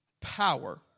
power